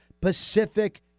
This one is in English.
Pacific